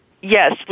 Yes